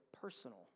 personal